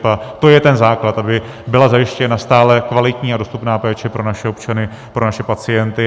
A to je ten základ, aby byla zajištěna stálá, kvalitní a dostupná péče pro naše občany, pro naše pacienty.